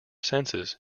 senses